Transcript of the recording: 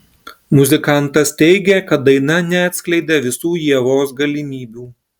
muzikantas teigė kad daina neatskleidė visų ievos galimybių